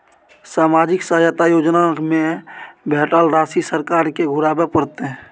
सामाजिक सहायता योजना में भेटल राशि सरकार के घुराबै परतै?